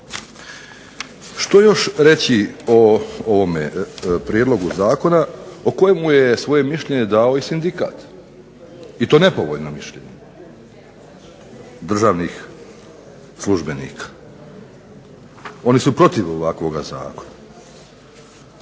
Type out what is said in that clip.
Što još reći o ovome prijedlogu zakona o kojemu je svoje mišljenje dao i sindikat i to nepovoljno mišljenje, državnih službenika. Oni su protiv ovakvoga zakona.